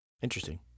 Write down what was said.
Interesting